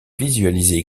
visualiser